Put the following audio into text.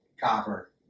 copper